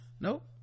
nope